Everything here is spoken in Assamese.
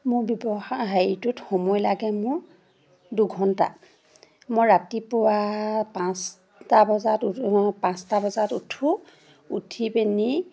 মোৰ ব্যৱসায় হেৰিটোত সময় লাগে মোৰ দুঘণ্টা মই ৰাতিপুৱা পাঁচটা বজাত পাঁচটা বজাত উঠোঁ উঠি পিনি